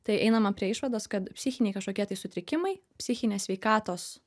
tai einama prie išvados kad psichiniai kažkokie tai sutrikimai psichinės sveikatos